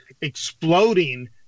exploding